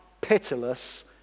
pitiless